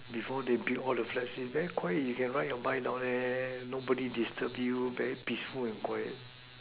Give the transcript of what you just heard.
before they build all the flats it's very quiet you can ride your bike down there nobody disturb you very peaceful and quiet